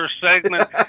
segment